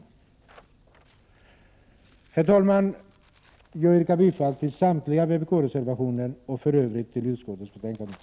Herr talman! Jag yrkar bifall till samtliga vpk-reservationer och i övrigt till utskottets hemställan.